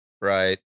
right